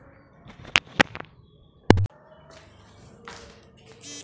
ইক রকমের ইকটা ঘর যাতে আল এসে খাবার উগায়